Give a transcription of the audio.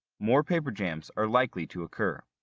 more paper jams are likely to occur.